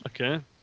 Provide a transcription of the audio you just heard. Okay